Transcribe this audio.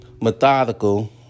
methodical